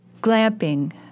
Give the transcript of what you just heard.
Glamping